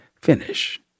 finish